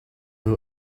who